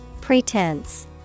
Pretense